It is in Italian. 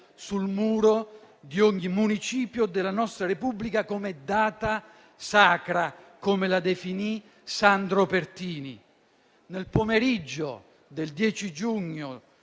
sul muro di ogni municipio della nostra Repubblica come "data sacra" (come la definì Sandro Pertini). Nel pomeriggio del 10 giugno